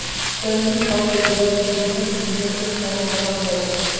trending सॉफ्टवेयरक दिनेर बिजनेसेर तने जनाल जाछेक